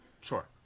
Sure